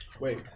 Wait